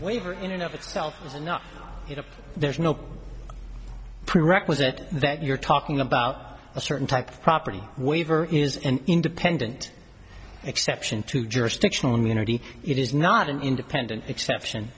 waiver in and of itself is not you know there's no prerequisite that you're talking about a certain type of property waiver is an independent exception to jurisdictional immunity it is not an independent exception